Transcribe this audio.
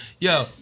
yo